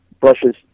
brushes